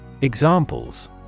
Examples